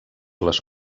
les